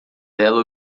dela